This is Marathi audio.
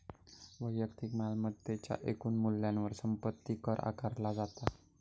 वैयक्तिक मालमत्तेच्या एकूण मूल्यावर संपत्ती कर आकारला जाता